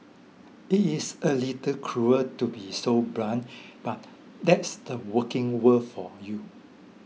it is a little cruel to be so blunt but that's the working world for you